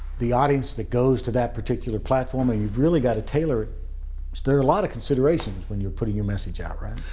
the audience that goes to that particular platform. and you've really got to tailor it. there are a lot of considerations when you're putting your message out,